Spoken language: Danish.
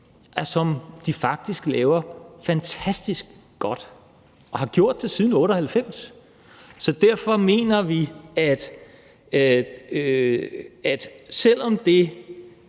som de faktisk laver fantastisk godt og har gjort siden 1998. Så selv om det